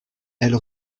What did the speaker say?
elle